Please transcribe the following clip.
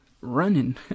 running